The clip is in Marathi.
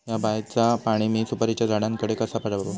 हया बायचा पाणी मी सुपारीच्या झाडान कडे कसा पावाव?